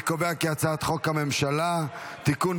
הצעת חוק הממשלה (תיקון,